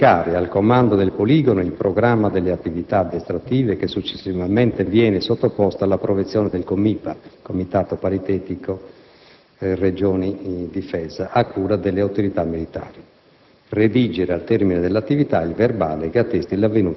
Le ditte, inoltre, sono tenute a: comunicare al Comando del Poligono il programma delle attività addestrative che, successivamente, viene sottoposto all'approvazione del Co.Mi.Pa (Comitato paritetico Regioni Difesa), a cura delle Autorità militari;